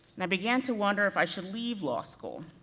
and i began to wonder if i should leave law school.